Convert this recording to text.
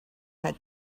had